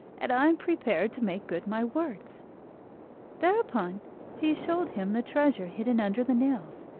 and i am prepared to make good my words thereupon he showed him the treasure hidden under the nails,